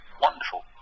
wonderful